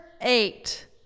eight